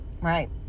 Right